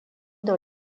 dans